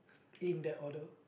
in that order